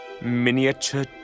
Miniature